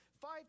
Five